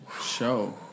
Show